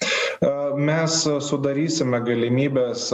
a mes sudarysime galimybes